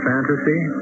fantasy